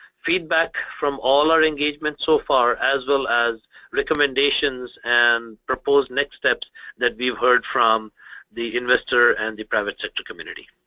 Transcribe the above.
feedback from all our engagement so far as well as recommendations and proposed next steps that we've heard from the investor and the private sector community.